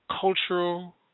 Cultural